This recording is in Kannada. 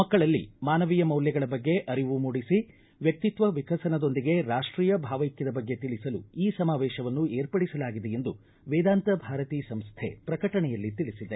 ಮಕ್ಕಳಲ್ಲಿ ಮಾನವೀಯ ಮೌಲ್ಯಗಳ ಬಗ್ಗೆ ಅರಿವು ಮೂಡಿಸಿ ವ್ಯಕ್ತಿತ್ವ ವಿಕಸನದೊಂದಿಗೆ ರಾಷ್ಟೀಯ ಭಾವೈಕ್ಯದ ಬಗ್ಗೆ ತಿಳಿಸಲು ಈ ಸಮಾವೇಶವನ್ನು ವಿರ್ಪಡಿಸಲಾಗಿದೆ ಎಂದು ವೇದಾಂತ ಭಾರತಿ ಸಂಸೈ ಪ್ರಕಟಣೆಯಲ್ಲಿ ತಿಳಿಸಿದೆ